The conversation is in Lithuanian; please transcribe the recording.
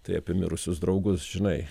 tai apie mirusius draugus žinai